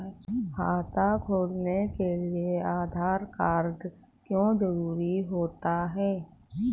खाता खोलने के लिए आधार कार्ड क्यो जरूरी होता है?